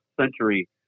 century